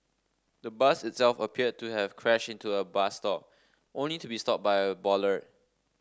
the bus itself appeared to have crashed into a bus stop only to be stopped by a bollard